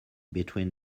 between